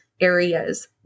areas